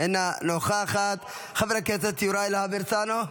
אינה נוכחת, חבר הכנסת יוראי להב הרצנו,